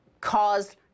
caused